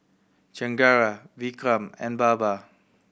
Chengara Vikram and Baba